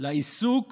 לעיסוק